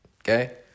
okay